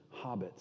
hobbits